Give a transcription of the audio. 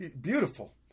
beautiful